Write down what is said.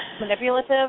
manipulative